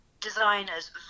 Designers